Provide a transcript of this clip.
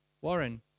Warren